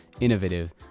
innovative